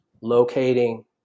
locating